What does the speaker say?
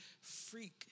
freak